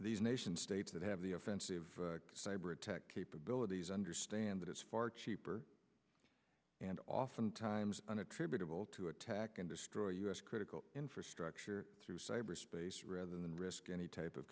these nation states that have the offensive cyber attack capabilities understand that it's far cheaper and oftentimes unattributable to attack and destroy us critical infrastructure through cyberspace rather than risk any type of